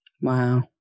Wow